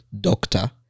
doctor